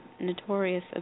notorious